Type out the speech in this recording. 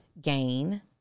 gain